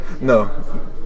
No